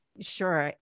Sure